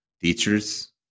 teachers